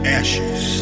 ashes